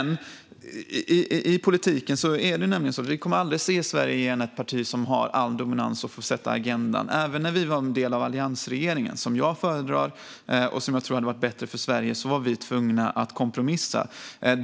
I politiken är det så att vi i Sverige aldrig kommer att få se att ett enda parti dominerar allt igen och får sätta agendan. Även när vi var en del av en alliansregering - vilket jag föredrar och tror hade varit bättre för Sverige - var vi tvungna att kompromissa.